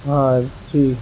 ہاں جی